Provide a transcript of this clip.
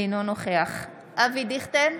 אינו נוכח אבי דיכטר,